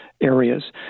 areas